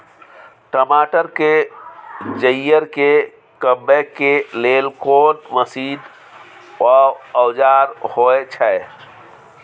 टमाटर के जईर के कमबै के लेल कोन मसीन व औजार होय छै?